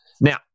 Now